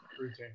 routine